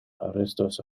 restos